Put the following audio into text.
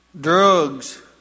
Drugs